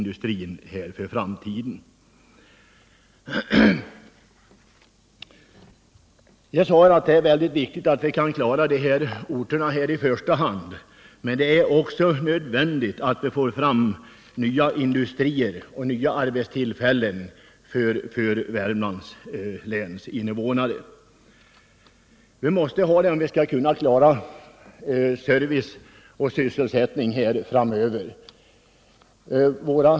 Det är alltså i första hand av vikt att klara de berörda orterna, men det är också nödvändigt att få fram nya industrier och arbetstillfällen för Värmlands läns invånare. Detta krävs för att vi skall kunna klara service och sysselsättning framöver.